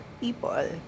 people